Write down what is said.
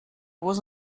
was